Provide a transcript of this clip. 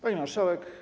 Pani Marszałek!